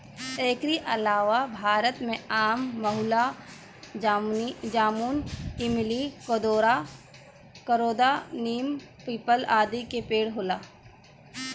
एकरी अलावा भारत में आम, महुआ, जामुन, इमली, करोंदा, नीम, पीपल, आदि के पेड़ होला